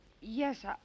Yes